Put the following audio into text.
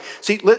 see